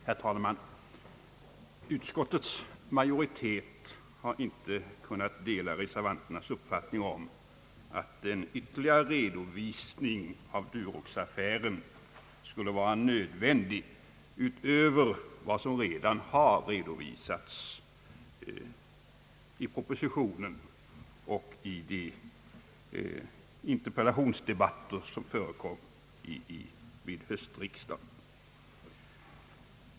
Herr talman! Utskottsmajoriteten har inte kunnat dela reservanternas uppfattning om att en ytterligare redovisning av Duroxaffären, utöver vad som redan skett i propositionen och i de interpellationsdebatter som förekommit vid höstriksdagen, skulle vara nödvändig.